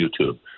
YouTube